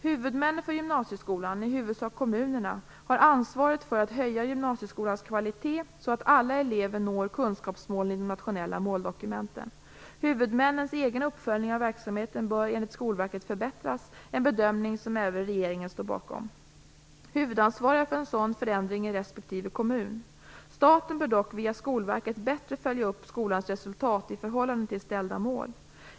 Huvudmännen för gymnasieskolan, i huvudsak kommunerna, har ansvaret för att höja gymnasieskolans kvalitet så att alla elever når kunskapsmålen i de nationella måldokumenten. Huvudmännens egen uppföljning av verksamheten bör enligt Skolverket förbättras, en bedömning som även regeringen står bakom. Huvudansvariga för en sådan förändring är respektive kommun. Staten bör dock via Skolverket bättre följa upp skolans resultat i förhållande till ställda mål.